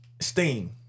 Steam